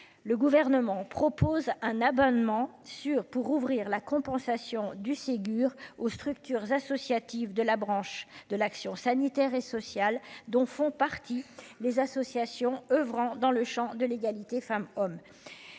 le gouvernement propose un abonnement sur pour ouvrir la compensation du Ségur aux structures associatives de la branche de l'action sanitaire et sociale dont font partie les associations oeuvrant dans le Champ de l'égalité femmes-hommes,